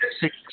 six